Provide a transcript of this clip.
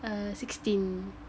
err sixteen